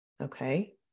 okay